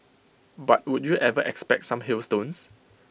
but would you ever expect some hailstones